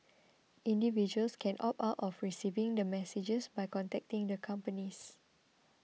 individuals can opt out of receiving the messages by contacting the companies